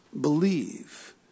believe